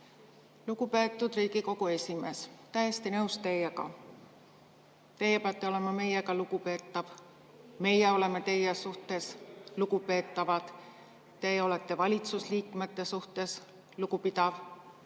Lugupeetud Riigikogu esimees! Täiesti nõus teiega. Teie peate olema meie suhtes lugupidav, meie oleme teie suhtes lugupidavad, teie olete valitsusliikmete suhtes lugupidav,